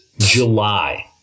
July